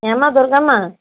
ఏమ్మా దుర్గమ్మా